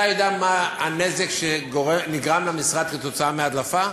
אתה יודע מה הנזק שנגרם למשרד כתוצאה מהדלפה?